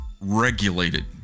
regulated